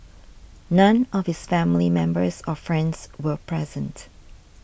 none of his family members or friends were present